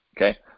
okay